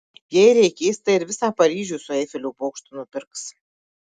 jei reikės tai ir visą paryžių su eifelio bokštu nupirks